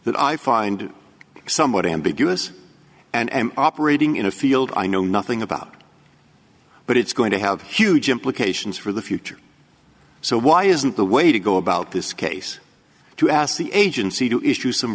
that i find somewhat ambiguous and operating in a field i know nothing about but it's going to have huge implications for the future so why isn't the way to go about this case to ask the agency to issue some